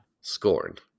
Scorned